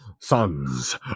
sons